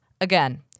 again